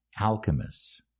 alchemists